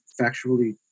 factually